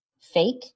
fake